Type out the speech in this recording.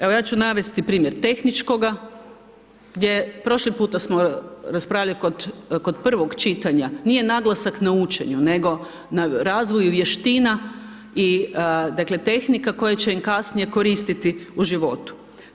Evo ja ću navesti primjer tehničkoga gdje prošli puta smo raspravljali kod prvog čitanja, nije naglasak na učenju nego na razvoju vještina i dakle tehnika koje će im kasnije koristiti u životu.